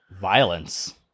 Violence